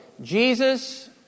Jesus